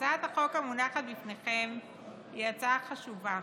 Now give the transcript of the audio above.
הצעת החוק המונחת בפניכם היא הצעה חשובה,